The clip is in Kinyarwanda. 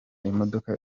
imodoka